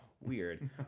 Weird